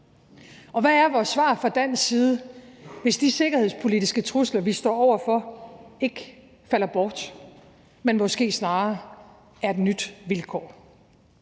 Og hvad er vores svar fra dansk side, hvis de sikkerhedspolitiske trusler, vi står over for, ikke falder bort, men måske snarere er et nyt vilkår?